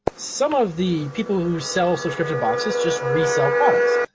some of the people who sell subscription boxes just resell products.